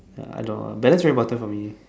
ya I don't balance share marker for me